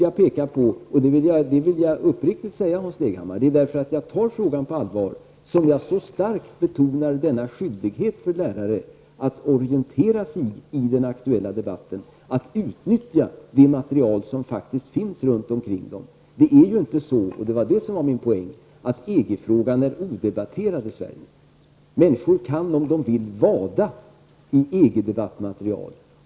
Jag vill uppriktigt säga, Hans Leghammar, att det är på grund av att jag tar frågan på allvar som jag så starkt betonar lärarnas skyldighet att orientera sig i den aktuella debatten och utnyttja det material som finns. Det är inte så, vilket var min poäng, att EG frågan är odebatterad i Sverige. Människor kan vada i material om EG-debatten om de vill.